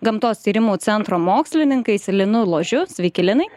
gamtos tyrimų centro mokslininkais linu ložiu sveiki linai